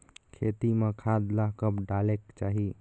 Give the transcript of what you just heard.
खेती म खाद ला कब डालेक चाही?